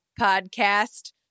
podcast